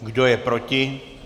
Kdo je proti?